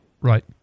Right